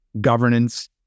governance